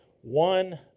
one